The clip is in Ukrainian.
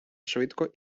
швидко